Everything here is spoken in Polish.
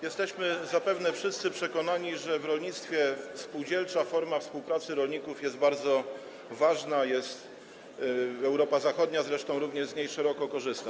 Jesteśmy zapewne wszyscy przekonani, że w rolnictwie spółdzielcza forma współpracy rolników jest bardzo ważna, Europa Zachodnia zresztą również z niej szeroko korzysta.